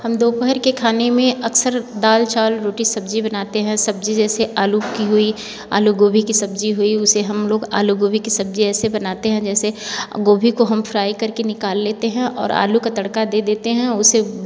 हम दोपहर के खाने में अक्सर दाल चावल रोटी सब्जी बनाते हैं सब्जी जैसे आलू की हुई आलू गोभी की सब्जी हुई उसे हम लोग आलू गोभी की सब्जी ऐसे बनाते हैं जैसे गोभी को हम फ्राई करके निकाल लेते हैं और आलू का तड़का दे देते हैं उसे